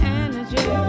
energy